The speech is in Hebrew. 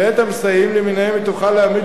ואת המסייעים למיניהם היא תוכל להעמיד